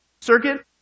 circuit